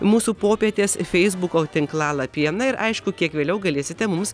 mūsų popietės feisbuko tinklalapyje na ir aišku kiek vėliau galėsite mums